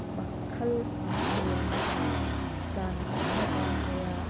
ꯃꯈꯜ ꯃꯊꯦꯜꯒꯤ ꯆꯥꯅ ꯊꯛꯅꯕ ꯀꯌꯥ